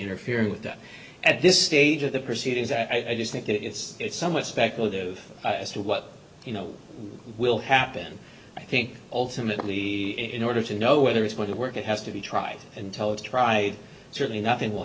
interfering with that at this stage of the proceedings and i just think that it's somewhat speculative as to what you know will happen i think ultimately in order to know whether it's going to work it has to be tried and told tried certainly nothing will